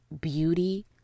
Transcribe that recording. beauty